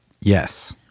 Yes